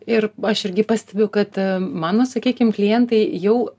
ir aš irgi pastebiu kad mano sakykim klientai jau